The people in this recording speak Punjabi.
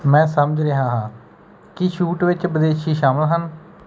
ਮੈਂ ਸਮਝ ਰਿਹਾ ਹਾਂ ਕੀ ਸ਼ੂਟ ਵਿੱਚ ਵਿਦੇਸ਼ੀ ਸ਼ਾਮਲ ਹਨ